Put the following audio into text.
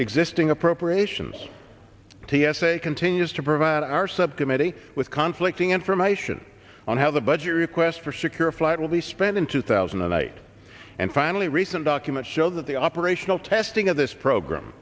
existing appropriations t s a continues to provide our subcommittee with conflict information on how the budget request for secure flight will be spent in two thousand and eight and finally recent documents show that the operational testing of this program